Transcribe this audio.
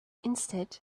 instead